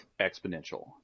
exponential